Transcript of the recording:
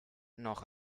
noch